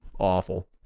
Awful